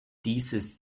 dieses